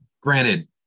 granted